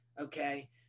Okay